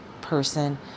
person